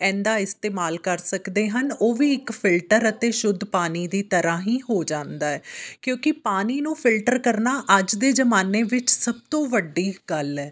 ਇਹਨਾਂ ਦਾ ਇਸਤੇਮਾਲ ਕਰ ਸਕਦੇ ਹਨ ਉਹ ਵੀ ਇੱਕ ਫਿਲਟਰ ਅਤੇ ਸ਼ੁੱਧ ਪਾਣੀ ਦੀ ਤਰ੍ਹਾਂ ਹੀ ਹੋ ਜਾਂਦਾ ਕਿਉਂਕਿ ਪਾਣੀ ਨੂੰ ਫਿਲਟਰ ਕਰਨਾ ਅੱਜ ਦੇ ਜਮਾਨੇ ਵਿੱਚ ਸਭ ਤੋਂ ਵੱਡੀ ਗੱਲ ਹੈ